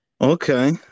okay